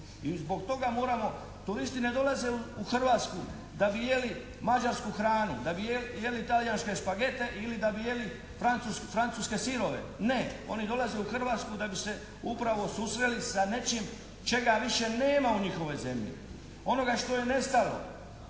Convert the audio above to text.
I zbog toga moramo, turisti ne dolaze u Hrvatsku da bi jeli mađarsku hranu, da bi jeli talijanske špagete ili da bi jeli francuske sirove. Ne! Oni dolaze u Hrvatsku da bi se upravo susreli sa nečim čega više nema u njihovoj zemlji. Onoga što je nestalo.